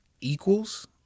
equals